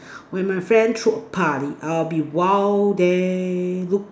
when my friend throw a party I will be wild there look